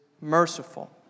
merciful